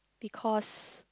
because